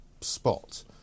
spot